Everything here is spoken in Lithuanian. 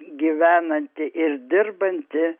gyvenanti ir dirbanti